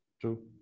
True